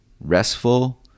restful